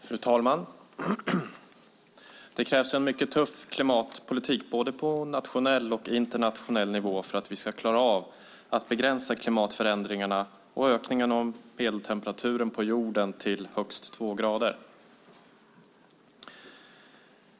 Fru talman! Det krävs en mycket tuff klimatpolitik både på nationell och på internationell nivå för att vi ska klara av att begränsa klimatförändringarna och begränsa ökningen av medeltemperaturen på jorden till högst två grader.